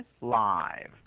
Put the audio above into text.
live